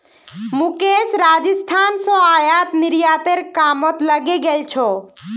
मुकेश राजस्थान स आयात निर्यातेर कामत लगे गेल छ